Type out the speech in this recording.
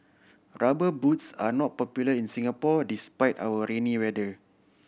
Rubber Boots are not popular in Singapore despite our rainy weather